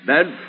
Bad